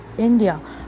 India